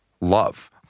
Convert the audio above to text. love